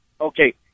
Okay